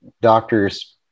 doctors